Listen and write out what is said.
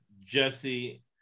Jesse